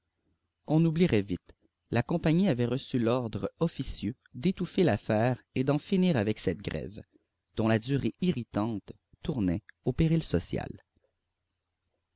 on oublierait vite la compagnie avait reçu l'ordre officieux d'étouffer l'affaire et d'en finir avec cette grève dont la durée irritante tournait au péril social